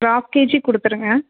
ஒரு half KG கொடுத்துருங்க